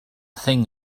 thing